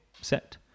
set